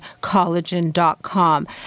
collagen.com